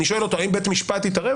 אני שואל אותו: האם בית משפט יתערב?